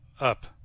up